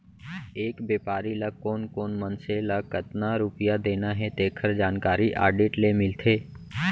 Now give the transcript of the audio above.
एक बेपारी ल कोन कोन मनसे ल कतना रूपिया देना हे तेखर जानकारी आडिट ले मिलथे